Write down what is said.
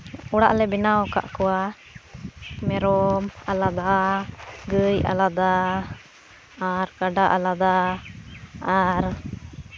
ᱚᱲᱟᱜ ᱞᱮ ᱵᱮᱱᱟᱣ ᱠᱟᱜ ᱠᱚᱣᱟ ᱢᱮᱨᱚᱢ ᱟᱞᱟᱫᱟ ᱜᱟᱹᱭ ᱟᱞᱟᱫᱟ ᱟᱨ ᱠᱟᱰᱟ ᱟᱞᱟᱫᱟ ᱟᱨ